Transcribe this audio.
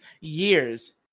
years